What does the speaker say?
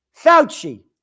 Fauci